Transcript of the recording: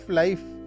life